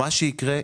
מה שיקרה,